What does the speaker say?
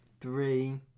three